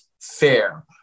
fair